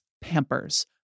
Pampers